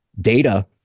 data